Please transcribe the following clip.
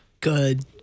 Good